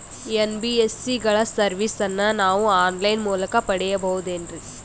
NBSC ಗಳ ಸರ್ವಿಸನ್ನ ನಾವು ಆನ್ ಲೈನ್ ಮೂಲಕ ಪಡೆಯಬಹುದೇನ್ರಿ?